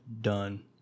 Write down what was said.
done